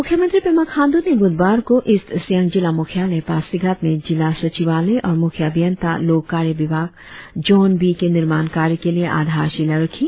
मुख्यमंत्री पेमा खाण्डू ने बुधवार को ईस्ट सियांग जिला मुख्यालय पासीघाट में जिला सचिवालय और मुख्य अभियंता लोक कार्य विभाग जॉन बी के निर्माण कार्य के लिए आधारशिला रखी